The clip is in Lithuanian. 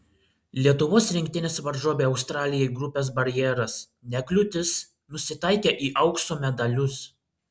lietuvos rinktinės varžovei australijai grupės barjeras ne kliūtis nusitaikė į aukso medalius